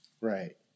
Right